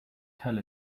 tell